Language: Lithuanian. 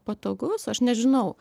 patogus aš nežinau